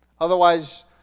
Otherwise